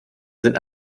sind